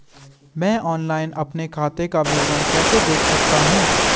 मैं ऑनलाइन अपने खाते का विवरण कैसे देख सकता हूँ?